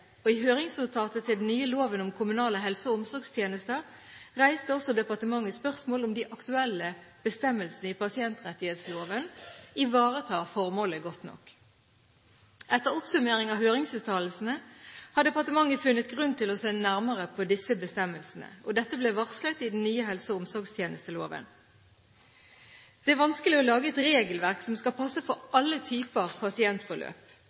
system. I høringsnotatet til den nye loven om kommunale helse- og omsorgstjenester reiste også departementet spørsmål om de aktuelle bestemmelsene i pasientrettighetsloven ivaretar formålet godt nok. Etter oppsummeringen av høringsuttalelsene har departementet funnet grunn til å se nærmere på disse bestemmelsene. Dette ble varslet i den nye helse- og omsorgstjenesteloven. Det er vanskelig å lage et regelverk som skal passe for alle typer pasientforløp.